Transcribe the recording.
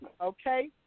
okay